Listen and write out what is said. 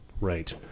Right